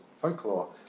folklore